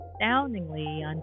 astoundingly